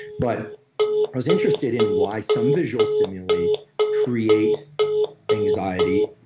but i was interested in why some visual stimuli create anxiety,